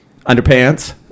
underpants